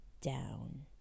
down